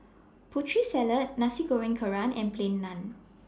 Putri Salad Nasi Goreng Kerang and Plain Naan